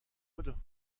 بدو